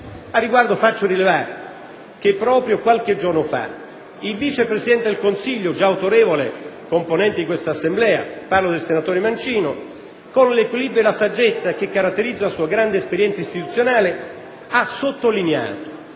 Al riguardo, faccio rilevare che proprio qualche giorno fa il vice Presidente del Consiglio superiore della magistratura, già autorevole componente di questa Assemblea, senatore Mancino, con l'equilibrio e la saggezza che caratterizzano la sua grande esperienza istituzionale, ha sottolineato